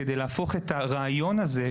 כדי להפוך את הרעיון הזה,